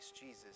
Jesus